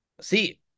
See